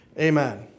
Amen